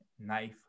Knife